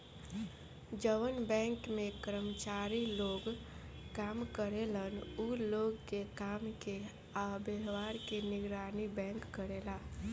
जवन बैंक में कर्मचारी लोग काम करेलन उ लोग के काम के आ व्यवहार के निगरानी बैंक करेला